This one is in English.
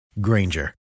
Granger